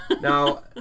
Now